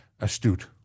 astute